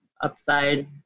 upside